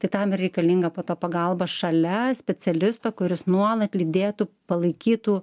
tai tam ir reikalinga po to pagalba šalia specialisto kuris nuolat lydėtų palaikytų